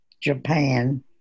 Japan